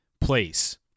place